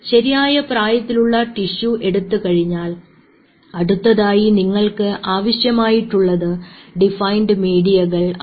ശരിയായ പ്രായത്തിലുള്ള ടിഷ്യു എടുത്തു കഴിഞ്ഞാൽ അടുത്തതായി നിങ്ങൾക്ക് ആവശ്യമായിട്ടുള്ളത് ഡിഫൈൻഡ് മീഡിയകൾ ആണ്